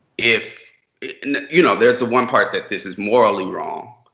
if you know, there's one part that this is morally wrong.